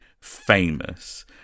famous